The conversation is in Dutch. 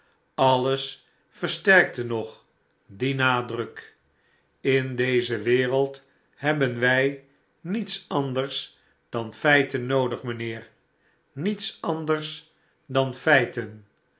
alles versterkte nog dien nadruk in deze wereld hebben wij niets anders dan feiten noodig mijnheer niets anders danfeiten